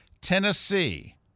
Tennessee